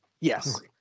Yes